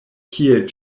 kiel